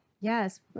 Yes